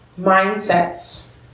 mindsets